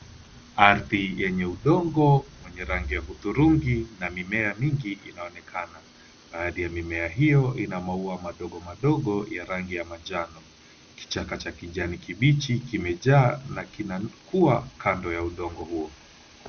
Ardhi yenye udongo wenye rangi ya hudhurungi na mimea mingi inaonekana. 𝐵𝑎𝑎𝑑ℎ𝑖 ya mimea hiyo ina maua 𝑚𝑎dogo 𝑚𝑎dogo ya rangi ya manjano. Kichaka cha kijani kibichi, kimejaa na kina kuwa kando ya udongo huo.